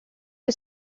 que